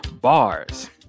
Bars